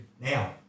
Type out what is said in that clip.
now